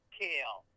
kale